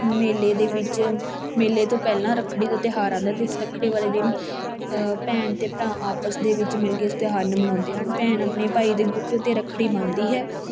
ਮੇਲੇ ਦੇ ਵਿੱਚ ਮੇਲੇ ਤੋਂ ਪਹਿਲਾਂ ਰੱਖੜੀ ਦਾ ਤਿਉਹਾਰ ਆਉਂਦਾ ਅਤੇ ਇਸ ਰੱਖੜੀ ਵਾਲੇ ਦਿਨ ਭੈਣ ਅਤੇ ਭਰਾ ਆਪਸ ਦੇ ਵਿੱਚ ਮਿਲ ਕੇ ਇਸ ਤਿਉਹਾਰ ਨੂੰ ਮਨਾਉਂਦੇ ਹਨ ਭੈਣ ਆਪਣੇ ਭਾਈ ਦੇ ਗੁੱਟ ਉੱਤੇ ਰੱਖੜੀ ਬੰਨ੍ਹਦੀ ਹੈ